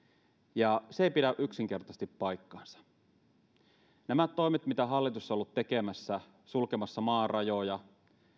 ja se ei pidä yksinkertaisesti paikkaansa nämä toimet mitä hallitus on ollut tekemässä sulkemassa maan rajoja